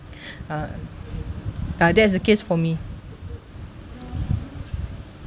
uh ah that's the case for me